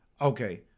Okay